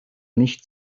nicht